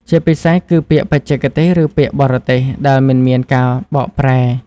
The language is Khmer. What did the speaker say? ជាពិសេសគឺពាក្យបច្ចេកទេសឬពាក្យបរទេសដែលមិនមានការបកប្រែ។